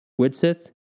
Widsith